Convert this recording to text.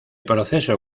proceso